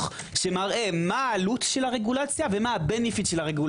שמראה מה העלות של הרגולציה ומה הבנפיט שלה.